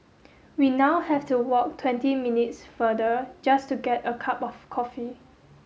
we now have to walk twenty minutes further just to get a cup of coffee